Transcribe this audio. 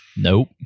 Nope